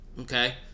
okay